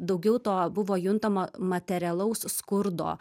daugiau to buvo juntama materialaus skurdo